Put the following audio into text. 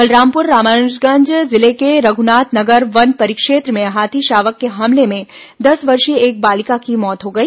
बलरामपुर रामानुजगंज जिले के रघ्नाथ नगर वन परिक्षेत्र में हाथी शावक के हमले में दस वर्षीय एक बालिका की मौत हो गई